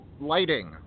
lighting